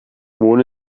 wohl